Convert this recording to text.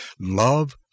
Love